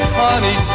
honey